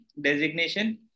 designation